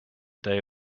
day